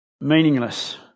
meaningless